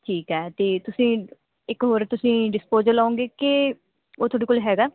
ਠੀਕ ਹੈ ਅਤੇ ਤੁਸੀਂ ਇੱਕ ਹੋਰ ਤੁਸੀਂ ਡਿਸਪੋਜਲ ਲਵੋਗੇ ਕਿ ਉਹ ਤੁਹਾਡੇ ਕੋਲ ਹੈਗਾ